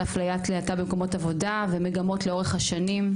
אפליית להט"ב במקומות עבודה ומגמות לאורך השנים.